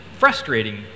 frustrating